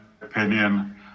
opinion